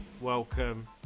Welcome